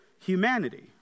humanity